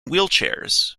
wheelchairs